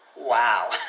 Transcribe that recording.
Wow